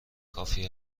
کافی